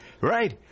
right